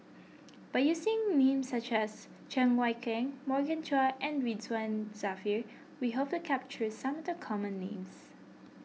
by using names such as Cheng Wai Keung Morgan Chua and Ridzwan Dzafir we hope to capture some of the common names